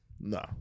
No